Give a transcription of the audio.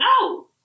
No